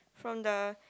from the